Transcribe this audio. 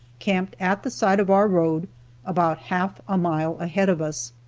camped at the side of our road about half a mile ahead of us.